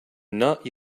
not